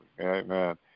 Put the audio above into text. amen